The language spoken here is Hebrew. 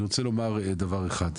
אני רוצה לומר דבר אחד.